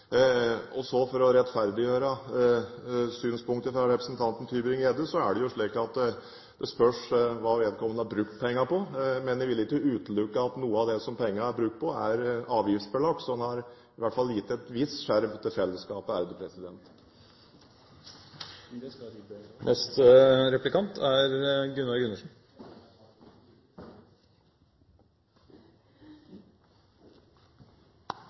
Og så, for å rettferdiggjøre synspunktet fra representanten Tybring-Gjedde: Det spørs jo hva vedkommende har brukt pengene på, men jeg vil ikke utelukke at noe av det pengene er brukt på, er avgiftsbelagt, så han har i hvert fall gitt en viss skjerv til fellesskapet.